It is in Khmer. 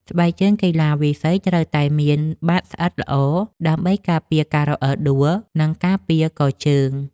ស្បែកជើងកីឡាវាយសី ត្រូវតែមានបាតស្អិតល្អដើម្បីការពារការរអិលដួល និងការពារកជើង។